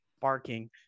barking